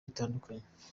bitandukanye